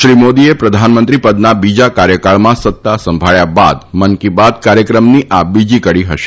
શ્રી મોદીએ પ્રધાનમંત્રી પદના બીજા કાર્ચકાળમાં સત્તા સંભાળ્યા બાદ મન કી બાત કાર્ચકમની આ બીજી કડી હશે